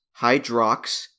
Hydrox